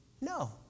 No